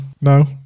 No